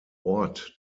ort